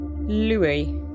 Louis